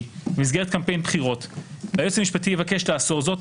במסגרת קמפיין בחירות והיועץ המשפטי יבקש לאסור זאת,